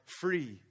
free